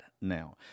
now